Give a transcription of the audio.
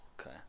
Okay